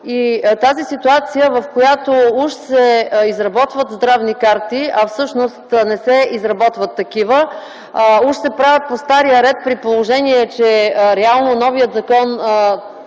Тази ситуация, в която уж се изработват здравни карти, а всъщност не се изработват такива, уж се правят по стария ред при положение, че реално новият закон